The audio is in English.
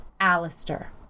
Alistair